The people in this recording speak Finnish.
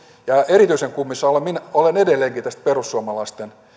erityisen kummissaan olen olen edelleenkin tästä perussuomalaisten